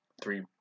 three